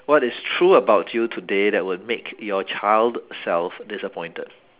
what is true about you today that would make your child self disappointed